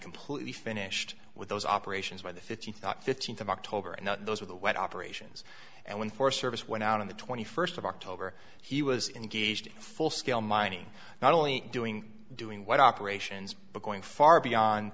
completely finished with those operations where the fifty thought fifteenth of october and those were the what operations and when for service went out on the twenty first of october he was engaged full scale mining not only doing doing what operations but going far beyond